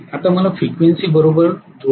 आता मला फ्रिक्वेन्सी बरोबर जुळायचं आहे